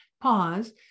pause